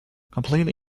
completely